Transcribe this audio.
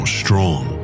strong